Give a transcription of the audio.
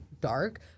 dark